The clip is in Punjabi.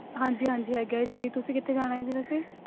ਹਾਂਜੀ ਹਾਂਜੀ ਹੈਗਾ ਹੈ ਜੀ ਤੁਸੀਂ ਕਿੱਥੇ ਜਾਣਾ ਹੈ ਜੀ ਵੈਸੇ